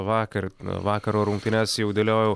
vakar vakaro rungtynes jau dėliojau